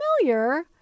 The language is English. familiar